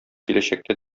киләчәктә